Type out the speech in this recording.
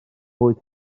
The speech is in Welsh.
wyth